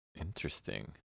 Interesting